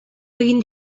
egin